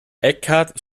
eckhart